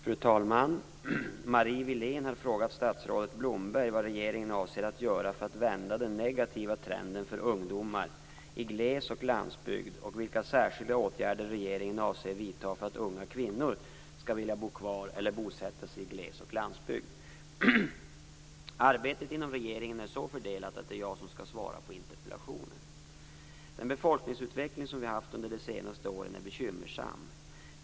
Fru talman! Marie Wilén har frågat statsrådet Blomberg vad regeringen avser att göra för att vända den negativa trenden för ungdomar i gles och landsbygd och vilka särskilda åtgärder regeringen avser vidta för att unga kvinnor skall vilja bo kvar eller bosätta sig i gles och landsbygd. Arbetet inom regeringen är så fördelat att det är jag som skall svara på interpellationen. Den befolkningsutveckling som vi har haft under de senaste åren är bekymmersam.